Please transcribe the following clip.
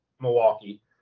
Milwaukee